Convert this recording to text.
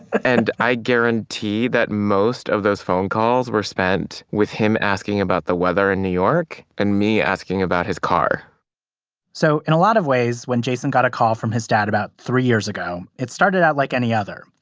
and i guarantee that most of those phone calls were spent with him asking about the weather in new york and me asking about his car so in a lot of ways, when jason got a call from his dad about three years ago, it started out like any other.